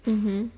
mmhmm